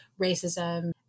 racism